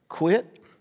Quit